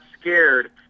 scared